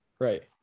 Right